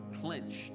clenched